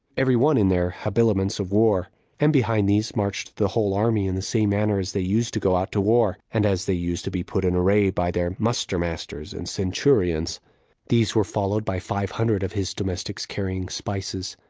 every one in their habiliments of war and behind these marched the whole army in the same manner as they used to go out to war, and as they used to be put in array by their muster-masters and centurions these were followed by five hundred of his domestics carrying spices.